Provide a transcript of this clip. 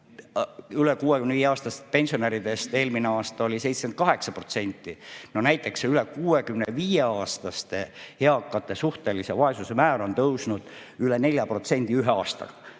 üle 65-aastastest pensionäridest eelmine aasta oli 78%. No näiteks üle 65-aastaste eakate suhtelise vaesuse määr on tõusnud üle 4% ühe aastaga.